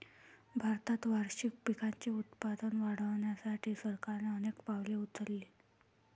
भारतात वार्षिक पिकांचे उत्पादन वाढवण्यासाठी सरकारने अनेक पावले उचलली